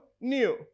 new